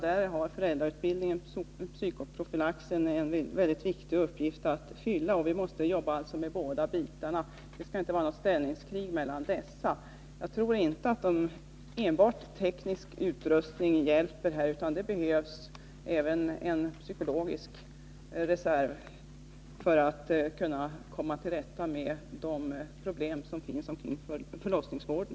Där har föräldrautbildningen och psykoprofylaxen en mycket viktig uppgift att fylla, och vi måste alltså jobba med båda dessa bitar. Det skall inte vara något ställningskrig mellan dessa. Jag tror inte att enbart teknisk utrustning hjälper, utan det behövs även en psykologisk reserv för att kunna komma till rätta med de problem som finns inom förlossningsvården.